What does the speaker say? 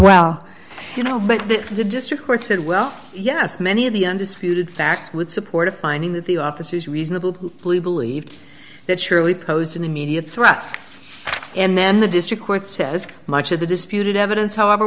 well you know but the district court said well yes many of the undisputed facts would support a finding that the officer is reasonable we believe that surely posed an immediate threat and then the district court says much of the disputed evidence however